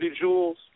jewels